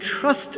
trust